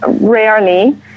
rarely